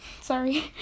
sorry